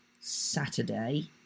Saturday